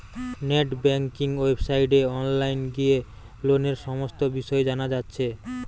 net banking ওয়েবসাইটে online গিয়ে লোনের সমস্ত বিষয় জানা যাচ্ছে